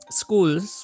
schools